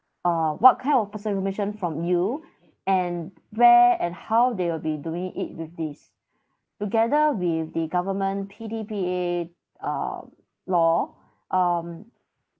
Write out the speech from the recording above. uh what kind of personal information from you and where and how they will be doing it with these together with the government P_D_P_A um law um